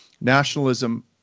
nationalism